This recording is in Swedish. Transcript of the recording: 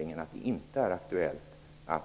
Det anses att det inte är aktuellt att